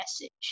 message